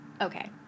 Okay